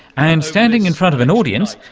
and standing in front of an audience,